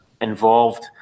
involved